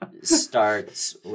starts